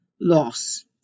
loss